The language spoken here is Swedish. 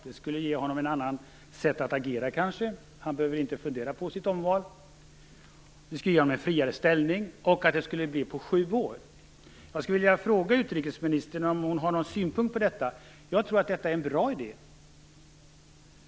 Det skulle kanske ge honom ett annat sätt att agera om han inte behövde fundera på sitt omval, det skulle ge honom en friare ställning. Han skulle enligt förslaget utses på sju år. Jag skulle vilja fråga utrikesministern om hon har någon synpunkt på detta. Jag tror att det är en bra idé.